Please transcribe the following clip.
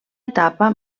etapa